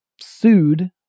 sued